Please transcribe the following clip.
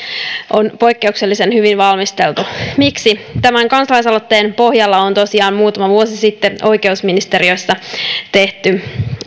on poikkeuksellisen hyvin valmisteltu miksi tämän kansalaisaloitteen pohjalla on tosiaan muutama vuosi sitten oikeusministeriössä tehty